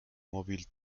móvil